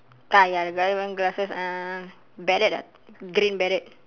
ah ya the guy wearing glasses uh beret ah green beret